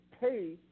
pay